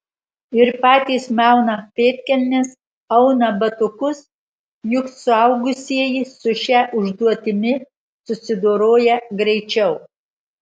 ir patys mauna pėdkelnes auna batukus juk suaugusieji su šia užduotimi susidoroja greičiau